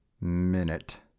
minute